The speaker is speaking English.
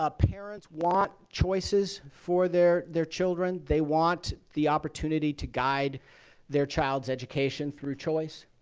ah parents want choices for their their children. they want the opportunity to guide their child's education through choice.